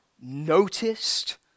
Noticed